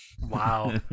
Wow